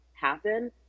happen